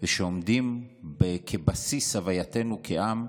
ושעומדים כבסיס הווייתנו כעם,